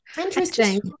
interesting